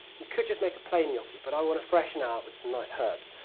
you could just make a plain gnocchi, but i want to freshen ours with some nice herbs.